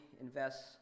invest